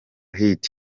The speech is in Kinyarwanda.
hit